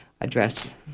address